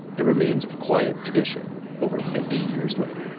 it remains a quiet tradition over fifty years later